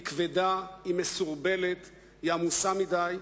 היא כבדה, היא מסורבלת, היא עמוסה מדי,